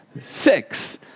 Six